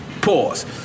Pause